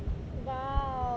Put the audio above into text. !wow!